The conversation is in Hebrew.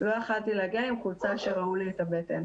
לא יכולתי להגיע עם חולצה שראו לי את הבטן,